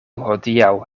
hodiaŭ